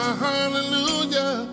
hallelujah